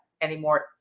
anymore